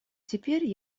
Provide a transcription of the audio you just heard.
теперь